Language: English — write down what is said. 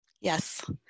Yes